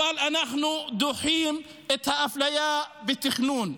אבל אנחנו דוחים את האפליה בתכנון.